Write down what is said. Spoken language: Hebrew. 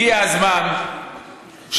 הגיע הזמן שבאמת,